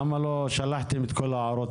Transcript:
למה לא שלחתם את כל ההערות